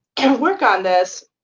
and work on this.